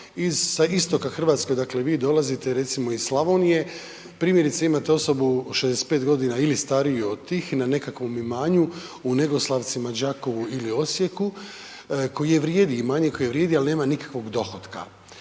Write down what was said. sa istoka Hrvatske, dakle vi dolazite, recimo iz Slavonije, primjerice, imate osobu 65 godina ili stariju od tih na nekakvom imanju, u Negoslavcima, Đakovu ili Osijeku koji vrijedi, imanje koje vrijedi, ali nema nikakvog dohotka.